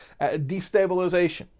destabilization